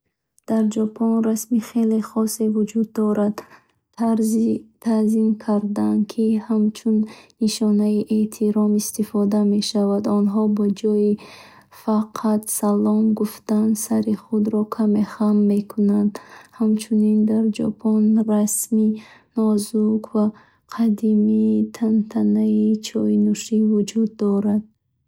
Дар Ҷопон расми хеле хосе вуҷуд дорад. Тазим кардан, ки ҳамчун нишонаи эҳтиром истифода мешавад. Онҳо ба ҷои фақат «салом» гуфтан, сари худро каме хам мекунанд. Ҳамчунин, дар Ҷопон расми нозук ва қадимии тантанаи чойнӯшӣ вуҷуд дорад.